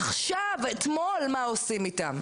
עכשיו, אתמול מה עושים איתם.